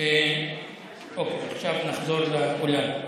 עכשיו נחזור לאולם,